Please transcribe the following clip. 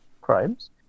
crimes